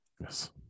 yes